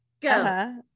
go